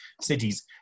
cities